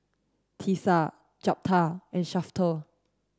Tisa Jeptha and Shafter